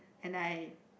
and I